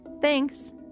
Thanks